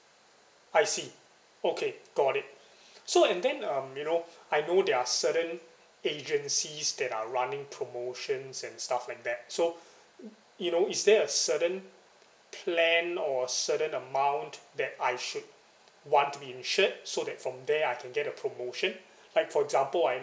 I see okay got it so and then um you know I know there are certain agencies that are running promotions and stuff like that so you know is there a certain plan or certain amount that I should want to be insured so that from there I can get a promotion like for example I